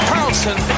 Carlson